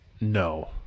No